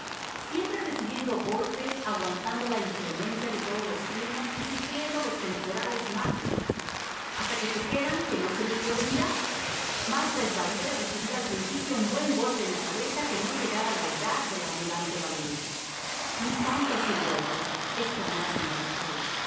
siempre recibiendo golpes aguantando lainclemencia de todos los climas y sufriendo los temporales más deshechos hasta que se quedan que no se les puede mirar más les valiera recibir al principio un buen golpe en la cabeza que no llegar a la edad del almirante balduíno no tanto sir waiterexclamó la señora de